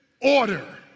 order